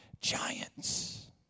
giants